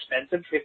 expensive